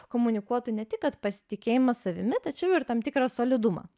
komunikuotų ne tik kad pasitikėjimą savimi tačiau ir tam tikrą solidumą